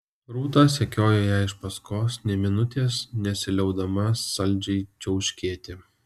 rūta sekiojo jai iš paskos nė minutės nesiliaudama saldžiai čiauškėti